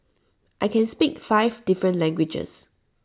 I can speak five different languages